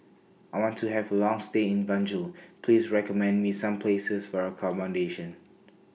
I want to Have A Long stay in Banjul Please recommend Me Some Places For accommodation